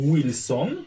Wilson